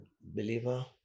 believer